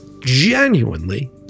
genuinely